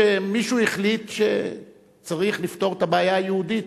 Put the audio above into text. שמישהו החליט שצריך לפתור את הבעיה היהודית.